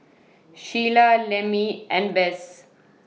Sheila Lemmie and Bess